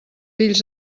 fills